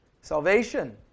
Salvation